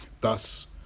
Thus